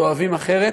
אוהבים אחרת,